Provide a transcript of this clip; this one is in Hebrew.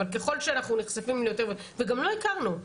אבל ככל שאנחנו נחשפים יותר, וגם לא הכרנו.